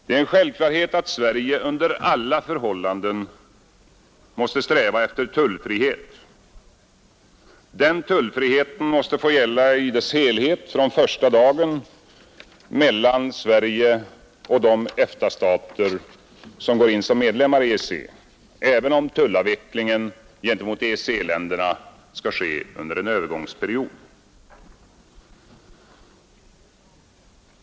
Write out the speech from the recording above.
Det är en självklarhet att Sverige under alla förhållanden måste sträva efter tullfrihet. Den tullfriheten måste få gälla i dess helhet från första dagen mellan Sverige och de EFTA-stater som går in som medlemmar i EEC, även om tullavvecklingen gentemot EEC-länderna skall ske under en övergångsperiod.